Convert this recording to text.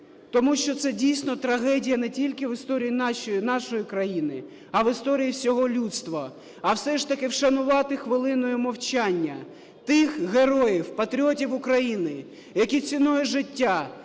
тому що це, дійсно, трагедія не тільки в історії нашої країни, а в історії всього людства, а все ж таки вшанувати хвилиною мовчання тих героїв, патріотів України, які ціною життя